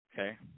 Okay